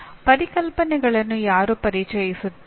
ಪರಿಕಲ್ಪನೆಗಳನ್ನು ಯಾರು ಪರಿಚಯಿಸುತ್ತಾರೆ